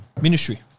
ministry